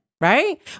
right